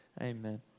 Amen